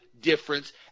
difference